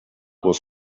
was